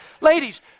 Ladies